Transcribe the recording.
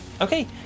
Okay